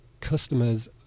customers